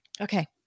okay